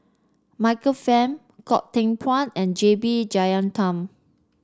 Michael Fam Goh Teck Phuan and J B Jeyaretnam